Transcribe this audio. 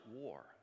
war